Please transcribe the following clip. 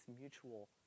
mutual